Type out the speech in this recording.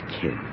kid